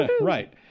Right